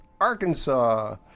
Arkansas